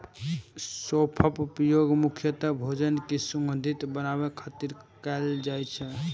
सौंफक उपयोग मुख्यतः भोजन कें सुगंधित बनाबै खातिर कैल जाइ छै